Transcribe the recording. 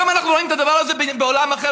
היום אנחנו רואים את זה בעולם אחר,